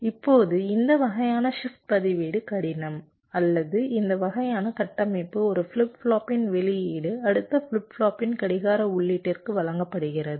இப்போது இந்த வகையான ஷிப்ட் பதிவேடு கடினம் அல்லது இந்த வகையான கட்டமைப்பு ஒரு ஃபிளிப் ஃப்ளாப்பின் வெளியீடு அடுத்த ஃபிளிப் ஃப்ளாப்பின் கடிகார உள்ளீட்டிற்கு வழங்கப்படுகிறது